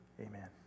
amen